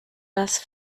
das